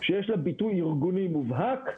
שיש לה ביטוי ארגוני מובהק,